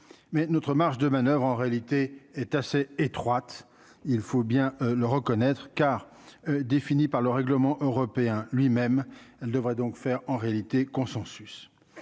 mais notre marge de manoeuvre en réalité est assez étroite, il faut bien le reconnaître, car défini par le règlement européen lui-même, elle devrait donc faire en réalité consensus